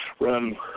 run